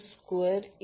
3 var आहे